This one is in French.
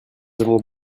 avons